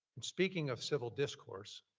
speaking of civil discourse,